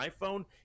iphone